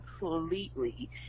completely